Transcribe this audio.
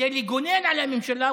כדי לגונן על הממשלה,